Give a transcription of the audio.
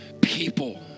People